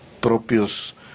propios